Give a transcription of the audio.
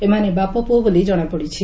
ଏମାନେ ବାପପୁଅ ବୋଲି ଜଣାପଡ଼ିଛି